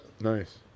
Nice